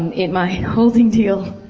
and in my holding deal,